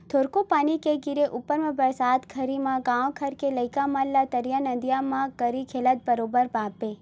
थोरको पानी के गिरे ऊपर म बरसात घरी म गाँव घर के लइका मन ला तरिया नदिया म गरी खेलत बरोबर पाबे